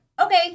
okay